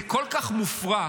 זה כל כך מופרע,